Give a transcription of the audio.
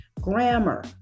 grammar